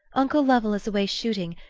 uncle lovell is away shooting,